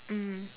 mm